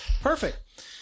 Perfect